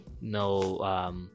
no